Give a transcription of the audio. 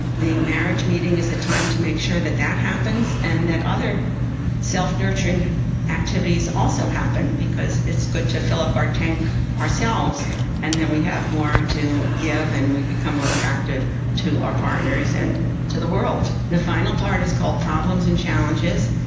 the marriage meeting is a time to make sure that that happens. and that other self-nurturing activities also happen. because it's good to fill up our tank ourselves and then we have more to give and we become more attractive to our partners and to the world. the final part is called problems and challenges.